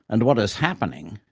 and what is happening,